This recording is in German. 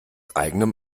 eigenem